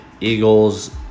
Eagles